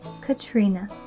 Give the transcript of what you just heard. Katrina